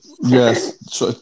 Yes